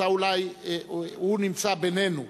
הוא נמצא בינינו,